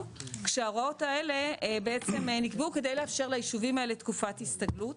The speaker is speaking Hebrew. כשההוראות האלה בעצם נקבעו כדי לאפשר לישובים האלה תקופת הסתגלות.